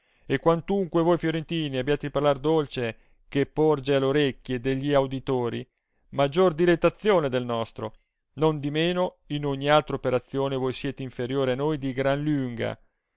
e quantunque voi firentini abbiate il parlar dolce che porge all orecchie de gli auditori maggior dilettazione del nostro nondimeno in ogni altra operazione voi siete inferiori a noi di gran lunga